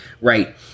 Right